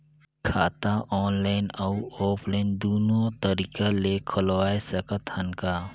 खाता ऑनलाइन अउ ऑफलाइन दुनो तरीका ले खोलवाय सकत हन का?